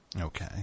Okay